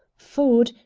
ford,